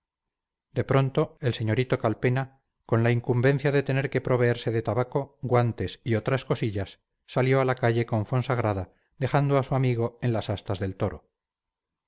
de pronto el señorito calpena con la incumbencia de tener que proveerse de tabaco guantes y otras cosillas salió a la calle con fonsagrada dejando a su amigo en las astas del toro